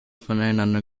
voneinander